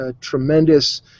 tremendous